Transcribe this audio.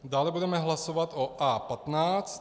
Dále budeme hlasovat o A15.